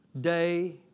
Day